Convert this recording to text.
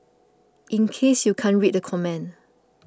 in case you can't read the comment